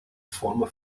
forma